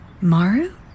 Maru